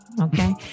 okay